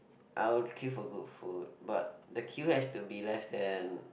I would queue for good food but the queue has to be less than